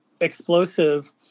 explosive